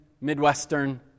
Midwestern